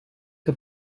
que